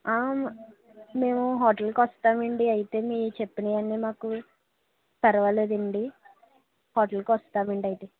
మ మేము హోటల్కి వస్తామండీ అయితే మీరు చెప్పినవన్నీ మాకు పర్వాలేదండి హోటల్కి వస్తామండీ అయితే